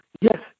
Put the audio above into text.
yes